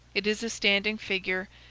it is a standing figure,